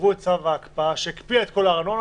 קבעו את צו ההקפאה שהקפיא את כל הארנונות,